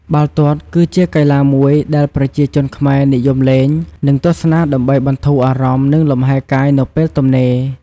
បាល់ទាត់ គឺជាកីឡាមួយដែលប្រជាជនខ្មែរនិយមលេង និងទស្សនាដើម្បីបន្ធូរអារម្មណ៍ និងលំហែរកាយនៅពេលទំនេរ។